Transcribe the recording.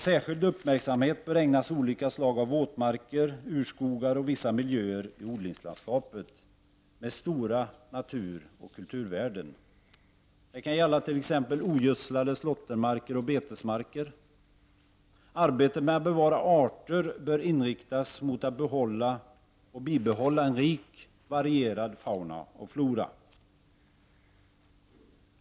Särskild uppmärksamhet bör ägnas olika slag av våtmarker, urskogar och vissa miljöer i odlingslandskapet med stora naturoch kulturvärden. Det kan gälla t.ex. ogödslade slåttermarker och betesmar ker. Arbetet med att bevara arter bör inriktas mot att behålla och bibehålla en rik varierad fauna och flora.